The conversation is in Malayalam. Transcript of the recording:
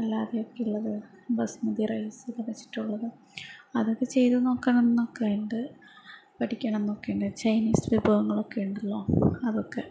അല്ലാതെയോ ഉള്ളതോ ബസുമതി റൈസ് വച്ചിട്ടുള്ളതോ അതൊക്കെ ചെയ്തു നോക്കണം എന്നൊക്കെയുണ്ട് പഠിക്കണം എന്നൊക്കെയുണ്ട് ചൈനീസ് വിഭവങ്ങളൊക്കെയുണ്ടല്ലോ അതൊക്കെ